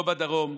לא בדרום,